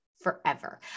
forever